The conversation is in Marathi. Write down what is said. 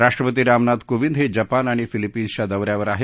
राष्ट्रपती रामनाथ कोविंद हे जपान आणि फिलिपीन्सच्या दौऱ्यावर आहेत